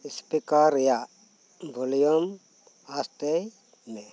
speaker ᱨᱮᱭᱟᱜ volume ᱟᱥᱛᱮᱭ ᱢᱮ